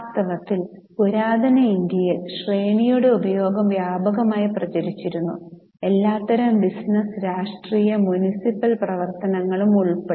വാസ്തവത്തിൽ പുരാതന ഇന്ത്യയിൽ ശ്രേണിയുടെ ഉപയോഗം വ്യാപകമായി പ്രചരിച്ചിരുന്നു എല്ലാത്തരം ബിസിനസ്സ് രാഷ്ട്രീയ മുനിസിപ്പൽ പ്രവർത്തനങ്ങളും ഉൾപ്പെടെ